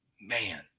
Man